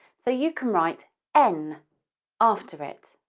so you can write n after it.